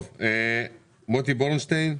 מוטי ברונשטיין,